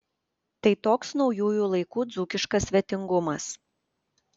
tai toks naujųjų laikų dzūkiškas svetingumas